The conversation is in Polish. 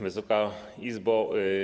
Wysoka Izbo!